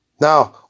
Now